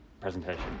presentation